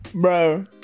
Bro